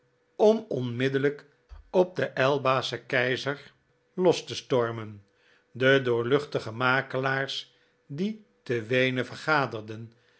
om onmiddellijk op den elbaschen keizer los te stormen de doorluchtige makelaars die te weenen vergaderden